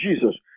Jesus